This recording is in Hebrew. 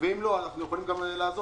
יכולים לעזור